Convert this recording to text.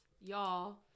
y'all